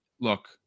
look